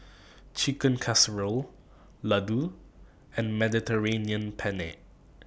Chicken Casserole Ladoo and Mediterranean Penne